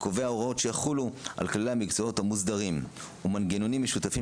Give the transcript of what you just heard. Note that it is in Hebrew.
קובע הוראות שיחולו על כללי המקצועות המוסדרים וגם מנגנונים משותפים